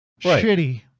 Shitty